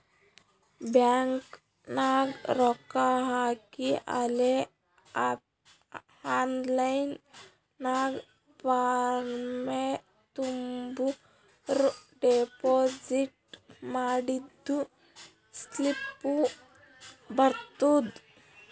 bank ನಾಗ್ ರೊಕ್ಕಾ ಹಾಕಿ ಅಲೇ ಆನ್ಲೈನ್ ನಾಗ್ ಫಾರ್ಮ್ ತುಂಬುರ್ ಡೆಪೋಸಿಟ್ ಮಾಡಿದ್ದು ಸ್ಲಿಪ್ನೂ ಬರ್ತುದ್